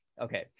okay